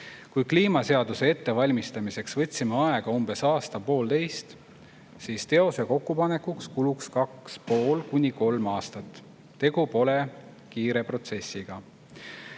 Kui kliimaseaduse ettevalmistamiseks võtsime aega umbes aasta-poolteist, siis TEOS‑e kokkupanekuks kuluks 2,5 kuni 3 aastat. Tegu pole kiire protsessiga.